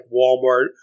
Walmart